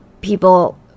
people